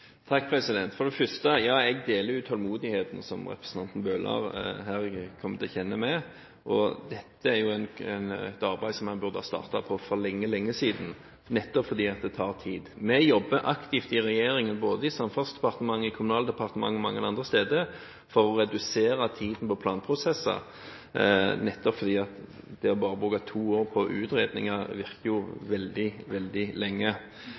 For det første: Ja, jeg deler utålmodigheten som representanten Bøhler her gir til kjenne. Dette er et arbeid som en burde ha startet på for lenge, lenge siden, nettopp fordi det tar tid. Vi jobber aktivt i regjeringen, både i Samferdselsdepartementet, Kommunaldepartementet og mange andre steder, for å redusere tiden på planprosesser, nettopp fordi det å bruke to år på utredninger virker veldig, veldig lenge.